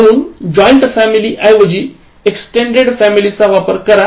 म्हणून joint family ऐवजी extended family चा वापर करा